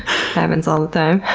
happens all the